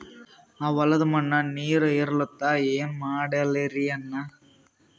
ಆ ಹೊಲದ ಮಣ್ಣ ನೀರ್ ಹೀರಲ್ತು, ಏನ ಮಾಡಲಿರಿ ಅಣ್ಣಾ?